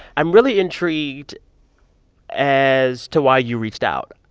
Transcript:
i'm really intrigued as to why you reached out.